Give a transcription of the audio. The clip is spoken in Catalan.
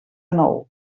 nou